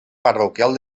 parroquial